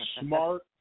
smart